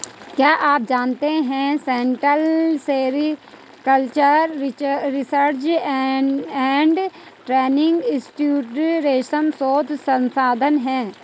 क्या आप जानते है central sericultural research and training institute रेशम शोध संस्थान है?